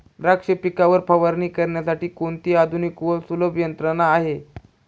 द्राक्ष पिकावर फवारणी करण्यासाठी कोणती आधुनिक व सुलभ यंत्रणा आहे?